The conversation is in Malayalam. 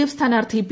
എഫ് സ്ഥാനാർത്ഥി പി